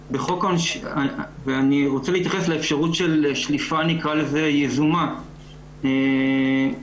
אני רוצה להתייחס לאפשרות של שליפה יזומה אחורה